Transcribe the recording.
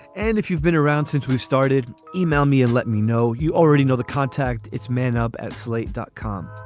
and if you've been around since we started. email me and let me know you already know the contact. it's men up at slate dot com.